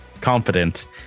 confident